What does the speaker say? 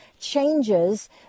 changes